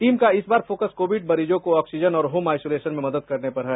team का इस बार फोकस कोविड मरीजों को ऑक्सीजन और होम आइसोलेशन में मदद करने पर है